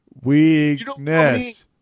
Weakness